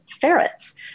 ferrets